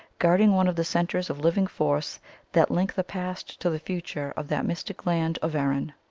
guarding one of the centres of living force that link the past to the future of that mystic land of erin.